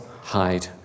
hide